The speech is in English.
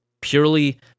purely